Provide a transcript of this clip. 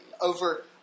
over